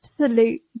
absolute